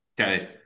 okay